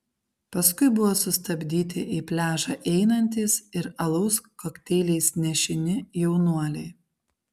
paskui buvo sustabdyti į pliažą einantys ir alaus kokteiliais nešini jaunuoliai